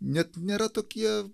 net nėra tokie